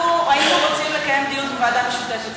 אנחנו היינו רוצים לקיים דיון בוועדה משותפת.